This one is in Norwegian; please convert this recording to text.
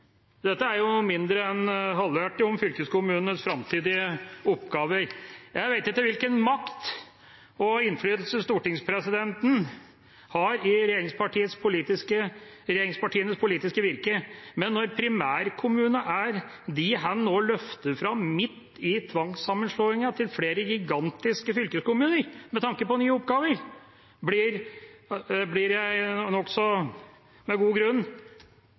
Dette er mindre enn halvhjertet om fylkeskommunenes framtidige oppgaver. Jeg vet ikke hvilken makt og innflytelse stortingspresidenten har på regjeringspartienes politiske virke, men når det er primærkommunene han nå løfter fram i tvangssammenslåingen til flere gigantiske fylkeskommuner, med tanke på nye oppgaver, blir jeg – med god grunn